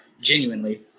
genuinely